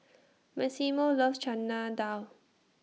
Maximo loves Chana Dal